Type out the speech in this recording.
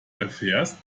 erfährst